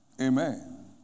Amen